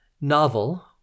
novel